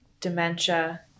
dementia